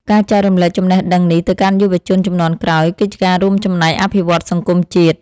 ការចែករំលែកចំណេះដឹងនេះទៅកាន់យុវជនជំនាន់ក្រោយគឺជាការរួមចំណែកអភិវឌ្ឍសង្គមជាតិ។